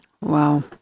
Wow